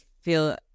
feel